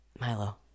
Milo